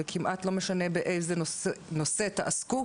וכמעט לא משנה באיזה נושא תעסקו,